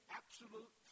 absolute